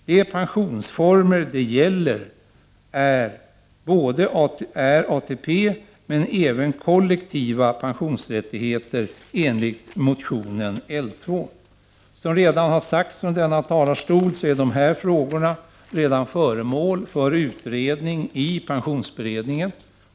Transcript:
De pensionsformer det gäller är ATP men även kollektiva pensionsrättigheter enligt motionen L2. Som nyss har sagts från denna talarstol är dessa frågor redan föremål för utredning i pensionsberedningen.